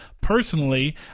Personally